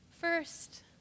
First